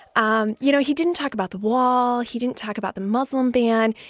um you know, he didn't talk about the wall. he didn't talk about the muslim ban.